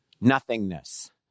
nothingness